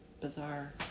Bizarre